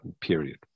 period